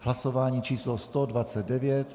Hlasování číslo 129.